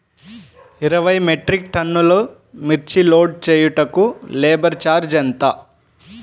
ఇరవై మెట్రిక్ టన్నులు మిర్చి లోడ్ చేయుటకు లేబర్ ఛార్జ్ ఎంత?